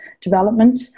development